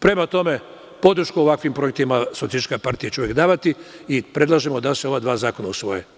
Prema tome, podršku ovakvim projektima SPS će uvek davati i predlažemo da se ova dva zakona usvoje.